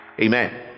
amen